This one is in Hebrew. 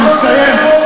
אני מסיים,